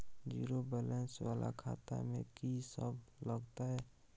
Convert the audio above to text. Zero balance वाला खाता में की सब लगतै?